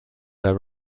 their